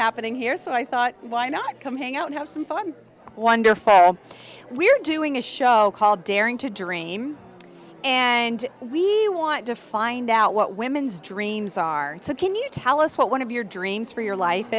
happening here so i thought why not come hang out have some fun wonderful we're doing a show called daring to dream and we want to find out what women's dreams are so can you tell us what one of your dreams for your life